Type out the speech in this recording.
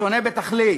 שונה בתכלית,